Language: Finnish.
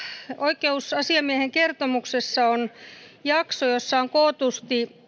oikeusasiamiehen kertomuksessa on jakso jossa on kootusti